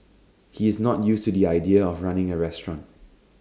he's not used to the idea of running A restaurant